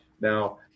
Now